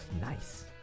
nice